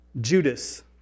Judas